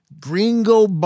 gringo